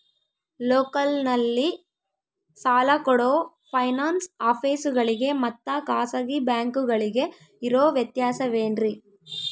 ಲೋಕಲ್ನಲ್ಲಿ ಸಾಲ ಕೊಡೋ ಫೈನಾನ್ಸ್ ಆಫೇಸುಗಳಿಗೆ ಮತ್ತಾ ಖಾಸಗಿ ಬ್ಯಾಂಕುಗಳಿಗೆ ಇರೋ ವ್ಯತ್ಯಾಸವೇನ್ರಿ?